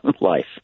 life